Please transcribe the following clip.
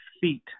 feet